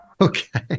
Okay